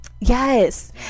Yes